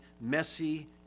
messy